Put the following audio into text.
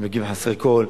הם מגיעים חסרי כול.